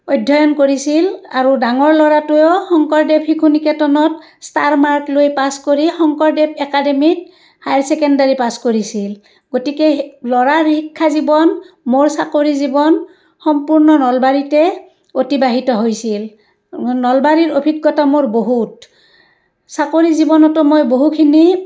অধ্যয়ন কৰিছিল আৰু ডাঙৰ ল'ৰাটোৱেও শংকৰদেৱ শিশু নিকেতনত ষ্টাৰ মাৰ্ক লৈ পাছ কৰি শংকৰদেৱ একাডেমীত হায়াৰ ছেকেণ্ডেৰী পাছ কৰিছিল গতিকে শি ল'ৰাৰ শিক্ষা জীৱন মোৰ চাকৰি জীৱন সম্পূৰ্ণ নলবাৰীতে অতিবাহিত হৈছিল নলবাৰীৰ অভিজ্ঞতা মোৰ বহুত চাকৰি জীৱনতো মই বহুখিনি